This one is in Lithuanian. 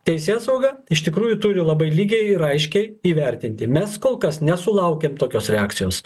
teisėsauga iš tikrųjų turi labai lygiai ir aiškiai įvertinti mes kol kas nesulaukėm tokios reakcijos